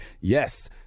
yes